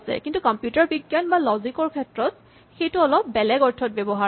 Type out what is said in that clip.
কিন্তু কম্পিউটাৰ বিজ্ঞান বা লজিক ৰ ক্ষেত্ৰত সেইটো অলপ বেলেগ অৰ্থত ব্যৱহাৰ কৰা হয়